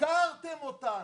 הפקרתם אותנו.